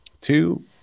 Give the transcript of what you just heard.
two